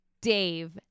Dave